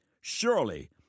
surely